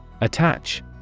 Attach